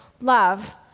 love